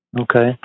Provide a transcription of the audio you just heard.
Okay